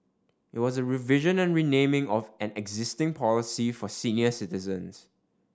it was a revision and renaming of an existing policy for senior citizens